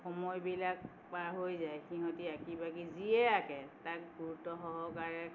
সময়বিলাক পাৰ হৈ যায় সিহঁতি আঁকি বাকি যিয়ে আঁকে তাক গুৰুত্ব সহকাৰে